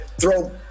Throw